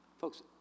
Folks